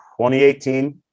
2018